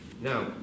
Now